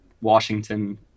Washington